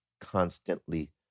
constantly